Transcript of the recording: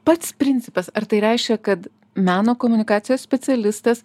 pats principas ar tai reiškia kad meno komunikacijos specialistas